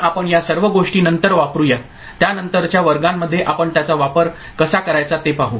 तर आपण या सर्व गोष्टी नंतर वापरुया त्यानंतरच्या वर्गांमध्ये आपण त्याचा वापर कसा करायचा ते पाहू